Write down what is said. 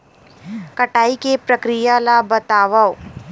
कटाई के प्रक्रिया ला बतावव?